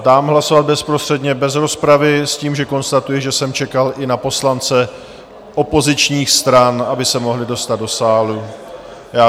Dám hlasovat bezprostředně bez rozpravy s tím, že konstatuji, že jsem čekal i na poslance opozičních stran, aby se mohli dostat do sálu.